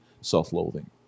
self-loathing